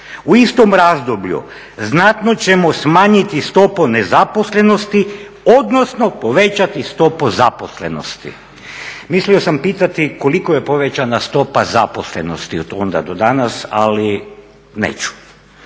U istom razdoblju znatno ćemo smanjiti stopu nezaposlenosti, odnosno povećati stopu zaposlenosti." Mislio sam pitati koliko je povećana stopa zaposlenosti od onda do danas, ali neću.